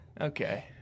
Okay